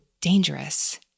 dangerous